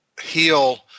Heal